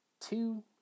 two